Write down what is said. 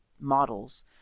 models